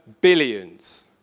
billions